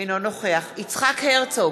אינו נוכח יצחק הרצוג,